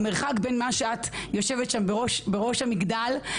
המרחק בין מה שאת שיושבת שם בראש המגדל אומרת,